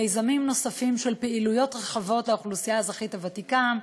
מיזמים נוספים לפעילויות רחבות לאוכלוסיית האזרחים הוותיקים: